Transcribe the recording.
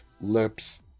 lips